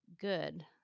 good